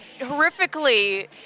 horrifically